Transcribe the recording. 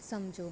ਸਮਝੋ